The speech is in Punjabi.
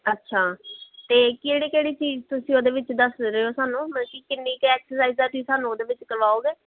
ਅੱਛਾ ਅਤੇ ਕਿਹੜੇ ਕਿਹੜੀ ਚੀਜ਼ ਤੁਸੀਂ ਉਹਦੇ ਵਿੱਚ ਦੱਸ ਰਹੇ ਹੋ ਸਾਨੂੰ ਮਲਕੀ ਕਿੰਨੀ ਕੁ ਐਕਸਰਸਾਈਜ਼ ਦਾ ਤੁਸੀਂ ਸਾਨੂੰ ਉਹਦੇ ਵਿੱਚ ਕਰਵਾਓਗੇ